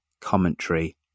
commentary